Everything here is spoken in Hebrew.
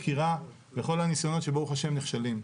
על פיגועי דקירה ועל כל הניסיונות שברוך השם נכשלים.